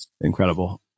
incredible